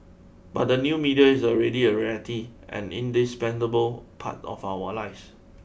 but the new media is already a reality and indispensable part of our lives